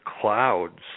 clouds